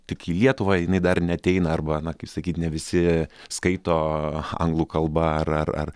tik į lietuvą jinai dar neateina arba na kaip sakyt ne visi skaito anglų kalba ar ar ar